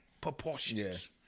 proportions